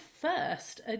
first